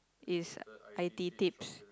is i_t tips